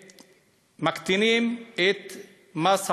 ומקטינים את מס החברות.